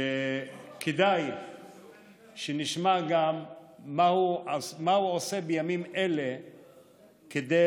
וכדאי שנשמע גם מה הוא עושה בימים אלה כדי